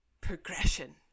progression